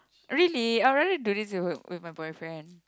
really I would rather do this with with my boyfriend